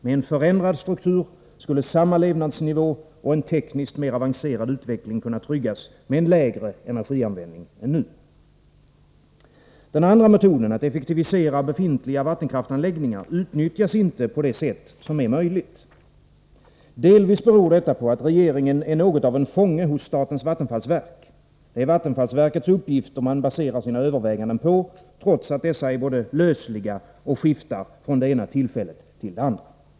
Med en förändrad struktur skulle samma levnadsnivå och en tekniskt mer avancerad utveckling kunna tryggas med en lägre energianvändning än nu. Den andra metoden — att effektivisera befintliga vattenkraftsanläggningar —- utnyttjas inte på det sätt som är möjligt. Delvis beror detta på att regeringen är något av en fånge hos statens vattenfallsverk. Det är vattenfallsverkets uppgifter man baserar sina överväganden på, trots att dessa både är lösliga och skiftar från det ena tillfället till det andra.